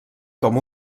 com